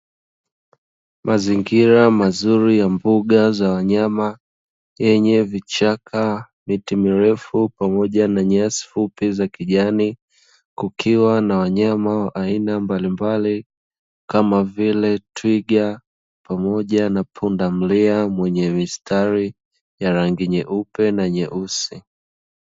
Mazingira mazuri ya mbuga za wanyama yenye vichaka, miti mirefu pamoja na nyasi fupi za kijani. Kukiwa na wanyama wa aina mbalimbali kama vile twiga pamoja na pundamilia mwenye mistari ya rangi nyeupe na nyeusi.